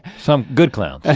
some good clowns.